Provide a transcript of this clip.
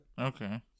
Okay